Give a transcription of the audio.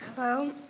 Hello